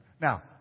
now